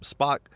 Spock